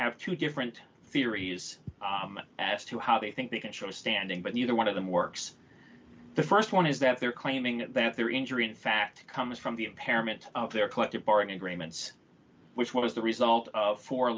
have two different theories as to how they think they can show standing but neither one of them works the st one is that they're claiming that their injury in fact comes from the impairment of their collective bargaining agreements which was the result of four